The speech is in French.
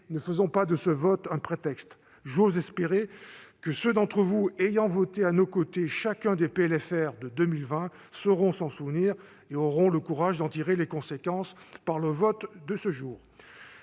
ne faisons pas de ce vote un prétexte ! J'ose espérer que ceux d'entre vous qui ont voté, à nos côtés, chacun des PLFR de 2020 sauront s'en souvenir et auront le courage d'en tirer les conséquences par leur vote de ce jour.